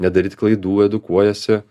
nedaryt klaidų edukuojasi